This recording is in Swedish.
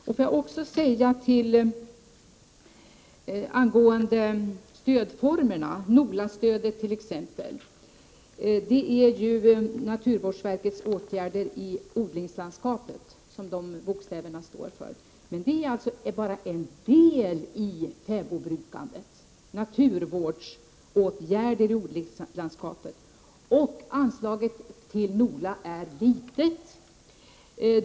När det gäller stödformerna kan jag nämna NOLAstödet, dvs. naturvårdsverkets åtgärder i odlingslandskapet. Det gäller bara en del av fäbodbruket, och anslaget till NOLA är litet.